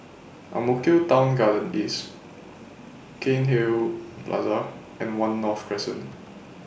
Ang Mo Kio Town Garden East Cairnhill Plaza and one North Crescent